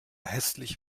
hässlich